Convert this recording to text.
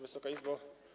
Wysoka Izbo!